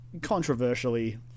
controversially